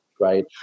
right